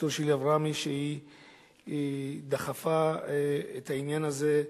ד"ר שירלי אברמי, שדחפה את העניין הזה,